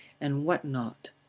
and what not?